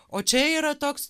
o čia yra toks